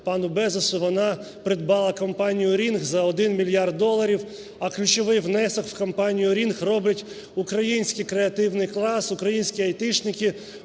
пану Безосу, вона придбала компанію Ring за один мільярд доларів. А ключовий внесок в компанію Ring робить український креативний клас, українські айтішники,